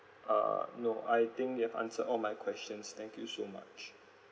uh no I think you've answered all my questions thank you so much